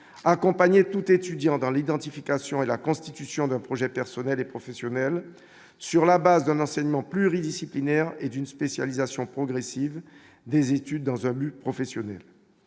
accompagné tout étudiant dans l'identification et la constitution d'un projet personnel et professionnel, sur la base d'un enseignement pluridisciplinaire et d'une spécialisation progressive des études dans un but professionnel